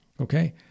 Okay